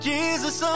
Jesus